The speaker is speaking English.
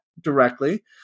directly